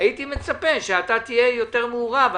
הייתי מצפה שאתה תהיה יותר מעורב.